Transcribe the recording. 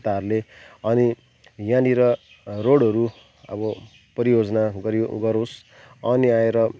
नेताहरूले अनि यहाँनिर रोडहरू अब परियोजना गरि गरोस् अनि आएर